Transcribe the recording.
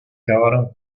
grabaron